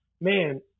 man